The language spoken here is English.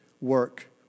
work